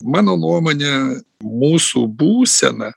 mano nuomone mūsų būseną